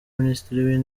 minisitiri